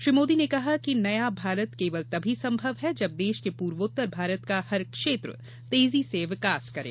श्री मोदी ने कहा कि नया भारत केवल तभी संभव है जब देश के पूर्वोत्तर भारत का हर क्षेत्र तेजी से विकास करे